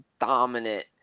dominant